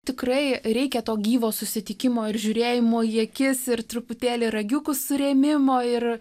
tikrai reikia to gyvo susitikimo ir žiūrėjimo į akis ir truputėlį ragiukų surėmimo ir